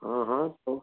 હા હા તો